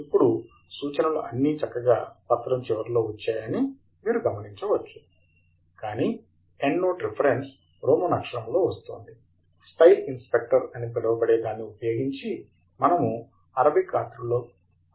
ఇప్పుడు సూచనలు అన్నీ చక్కగా పత్రం చివరలో వచ్చాయని మీరు గమనించవచ్చు కానీ ఎండ్నోట్ రిఫరెన్స్ రోమన్ అక్షరంలో వస్తోంది స్టైల్ ఇన్స్పెక్టర్ అని పిలవబడే దాన్ని ఉపయోగించి మనము అరబిక్ ఆకృతిలోకి మర్చగలము